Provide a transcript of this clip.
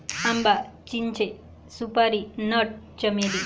आंबा, चिंचे, सुपारी नट, चमेली